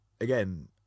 again